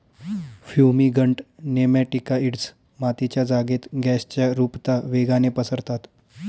fumigant nematicides मातीच्या जागेत गॅसच्या रुपता वेगाने पसरतात